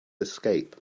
escape